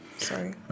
sorry